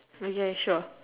okay sure